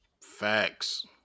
Facts